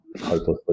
hopelessly